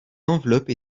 enveloppes